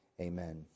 amen